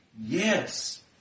Yes